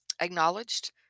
acknowledged